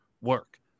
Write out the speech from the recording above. work